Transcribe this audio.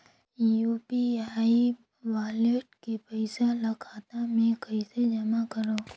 UPI wallet के पईसा ल खाता मे कइसे जमा करव?